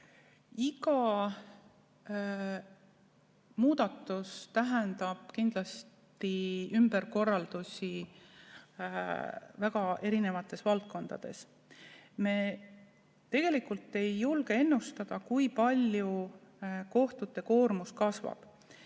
Iga muudatus tähendab kindlasti ümberkorraldusi eri valdkondades. Me tegelikult ei julge ennustada, kui palju kohtute koormus kasvab.